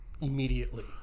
Immediately